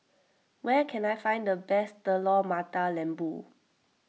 where can I find the best Telur Mata Lembu